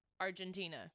Argentina